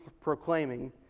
proclaiming